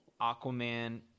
Aquaman